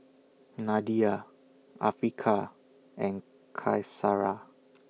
Nadia Afiqah and Qaisara